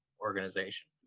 organization